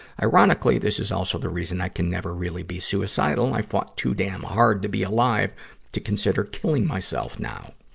ironically, this is also the reason i can never really be suicidal i fought too damn hard to be alive to consider killing myself now.